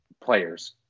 players